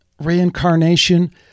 reincarnation